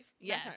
Yes